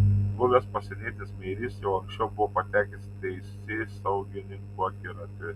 buvęs pasienietis meirys jau anksčiau buvo patekęs į teisėsaugininkų akiratį